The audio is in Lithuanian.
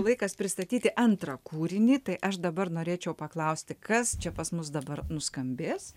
laikas pristatyti antrą kūrinį tai aš dabar norėčiau paklausti kas čia pas mus dabar nuskambės